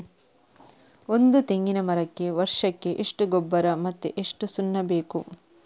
ಒಂದು ತೆಂಗಿನ ಮರಕ್ಕೆ ವರ್ಷಕ್ಕೆ ಎಷ್ಟು ಗೊಬ್ಬರ ಮತ್ತೆ ಎಷ್ಟು ಸುಣ್ಣ ಬೇಕು?